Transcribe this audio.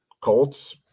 Colts